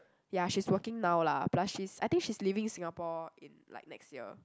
ya she's working now lah plus she's I think she's leaving Singapore in like next year